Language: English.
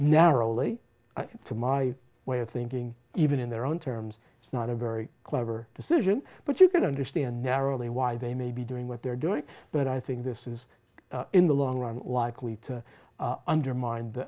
narrowly to my way of thinking even in their own terms it's not a very clever decision but you can understand narrowly why they may be doing what they're doing but i think this is in the long run likely to undermin